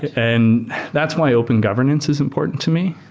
and that's why open governance is important to me.